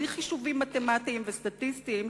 בלי חישובים מתמטיים וסטטיסטיים,